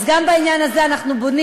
בעניין זה גם התקבלה